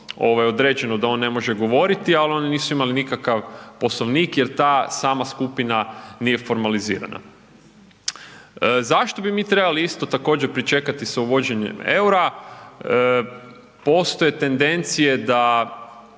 određeno da on ne može govoriti, ali oni nisu imali nikakav poslovnik jer ta sama skupina nije formalizirana. Zašto bi mi trebali isto također pričekati sa uvođenjem EUR-a? Postoje tendencije da